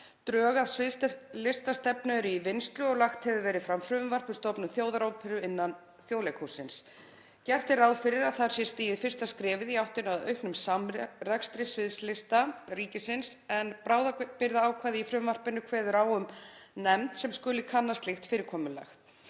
„Drög að sviðslistastefnu eru í vinnslu og lagt hefur verið fram frumvarp um stofnun Þjóðaróperu innan Þjóðleikhússins. Gert er ráð fyrir að þar sé stigið fyrsta skrefið í átt að auknum samrekstri sviðslistastofnana ríkisins en bráðabirgðaákvæði í frumvarpinu kveður á um nefnd er skuli kanna slíkt fyrirkomulag.“